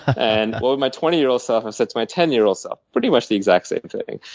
and what would my twenty year old self have said to my ten year old self? pretty much the exact, same thing.